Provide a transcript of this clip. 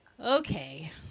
Okay